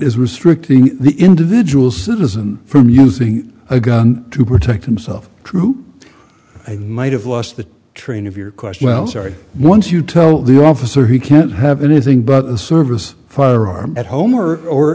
is restricting the individual citizen from using a gun to protect himself true i might have lost the train of your question well sorry once you tell the officer he can't have anything but a service firearm at home or or